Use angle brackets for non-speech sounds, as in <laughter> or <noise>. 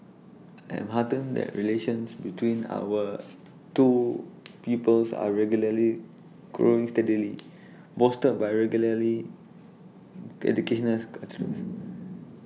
I'm heartened that relations between our two <noise> peoples are regularly growing steadily <noise> bolstered by regularly educational <unintelligible>